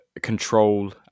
control